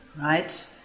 right